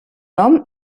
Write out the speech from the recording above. nom